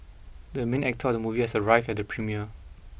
the main actor of the movie has arrived at the premiere